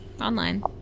online